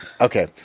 okay